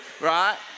right